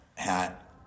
hat